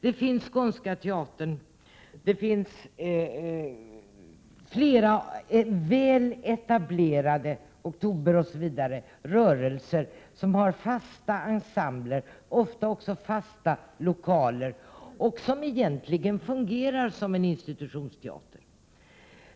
Det finns Skånska teatern, teatergruppen Oktober och flera väl etablerade rörelser som har fasta ensembler och ofta också fasta lokaler, och de fungerar egentligen som en institutionsteater.